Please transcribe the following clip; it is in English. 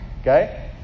Okay